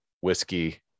whiskey